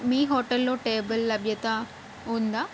మీ హోటల్లో టేబుల్ లభ్యత ఉందా